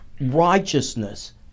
righteousness